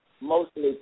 mostly